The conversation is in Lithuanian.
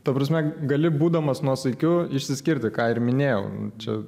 ta prasme gali būdamas nuosaikiu išsiskirti ką ir minėjau čia